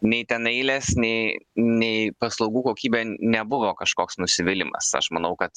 nei ten eilės nei nei paslaugų kokybė nebuvo kažkoks nusivylimas aš manau kad